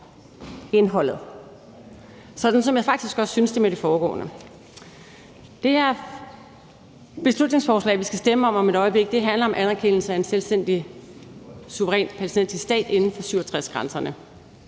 indholdet – sådan som jeg faktisk også synes det med det foregående. Det her beslutningsforslag, vi om et øjeblik skal stemme om, handler om anerkendelse af en selvstændig, suveræn palæstinensisk stat inden for 1967-grænserne.